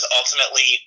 ultimately